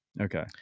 Okay